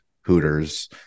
hooters